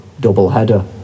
doubleheader